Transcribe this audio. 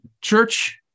church